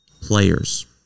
players